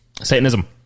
Satanism